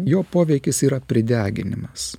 jo poveikis yra prideginimas